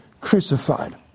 crucified